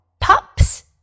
pups